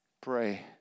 Pray